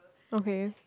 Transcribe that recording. okay